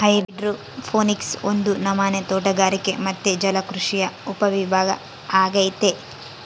hydroponics ಒಂದು ನಮನೆ ತೋಟಗಾರಿಕೆ ಮತ್ತೆ ಜಲಕೃಷಿಯ ಉಪವಿಭಾಗ ಅಗೈತೆ